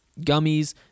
gummies